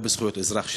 לא בזכויות אזרח,